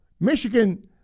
Michigan